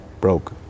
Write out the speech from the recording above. broke